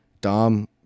Dom